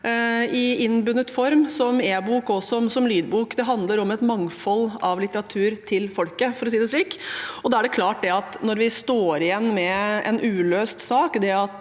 i innbundet form, som e-bok og som lydbok. Det handler om et mangfold av litteratur til folket, for å si det slik. Da er det klart at når vi står igjen med en uløst sak,